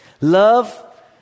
Love